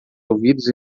ouvidos